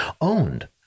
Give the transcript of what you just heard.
Owned